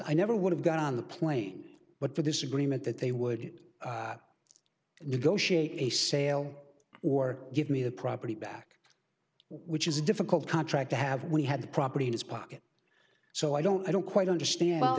i never would have got on the plane but for this agreement that they would negotiate a sale or give me the property back which is a difficult contract to have we had the property in his pocket so i don't i don't quite understand w